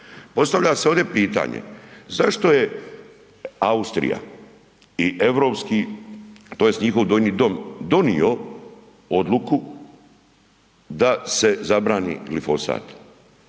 Postavlja se ovde pitanje zašto je Austrija i europski tj. njihov donji dom donio odluku da se zabrani glifosat.